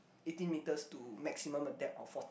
eighteen meters to maximum a depth or fourth